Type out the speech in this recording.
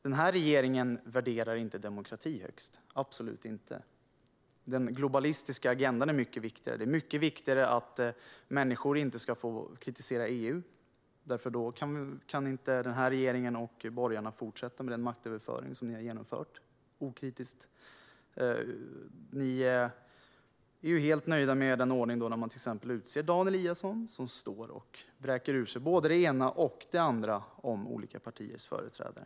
Den här regeringen värderar inte demokrati högst, absolut inte. Den globalistiska agendan är mycket viktigare. Det är mycket viktigare att människor inte ska få kritisera EU, för då kan den här regeringen och borgarna inte fortsätta med den maktöverföring som ni okritiskt har genomfört. Ni är helt nöjda med den ordning där man utser till exempel Dan Eliasson som vräker ur sig både det ena och det andra om olika partiers företrädare.